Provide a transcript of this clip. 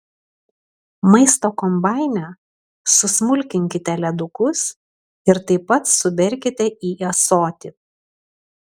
maisto kombaine susmulkinkite ledukus ir taip pat suberkite į ąsotį